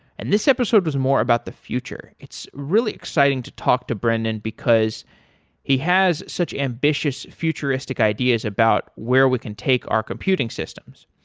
and this episode was more about the future. it's really exciting to talk to brendan because he has such ambitious futuristic ideas about where we can take our computing systems.